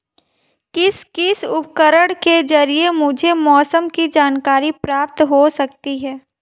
किस किस उपकरण के ज़रिए मुझे मौसम की जानकारी प्राप्त हो सकती है?